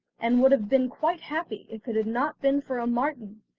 and would have been quite happy, if it had not been for a marten,